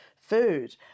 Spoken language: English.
food